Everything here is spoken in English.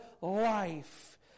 life